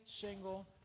single